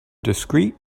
discrete